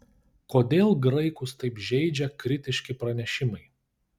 kodėl graikus taip žeidžia kritiški pranešimai